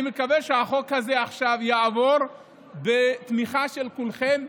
אני מקווה שהחוק הזה יעבור עכשיו בתמיכה של כולכם.